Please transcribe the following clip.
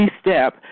step